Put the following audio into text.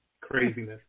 craziness